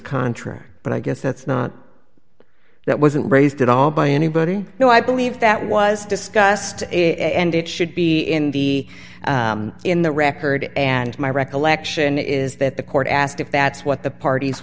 contract but i guess that's not that wasn't raised at all by anybody though i believe that was discussed it and it should be in the in the record and my recollection is that the court asked if that's what the parties